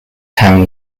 town